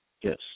Yes